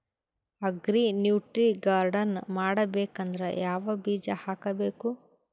Agri nutri garden ಮಾಡಬೇಕಂದ್ರ ಯಾವ ಬೀಜ ಹಾಕಬೇಕು?